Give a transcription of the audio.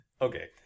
Okay